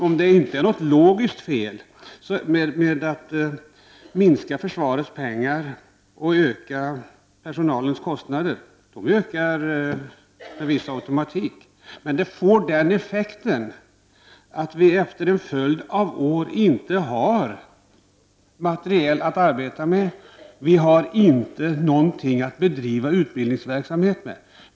Om det inte är något logiskt fel med att minska försvarets pengar och öka kostnaderna för personalen — de ökar med viss automatik — får det i alla fall effekten att vi efter en följd av år inte har materiel att arbeta med, vi har inte något att bedriva utbildningsverksamhet med.